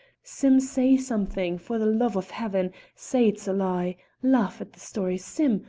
sim, say something, for the love of heaven! say it's a lie. laugh at the story, sim!